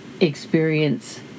experience